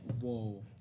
Whoa